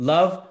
Love